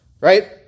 right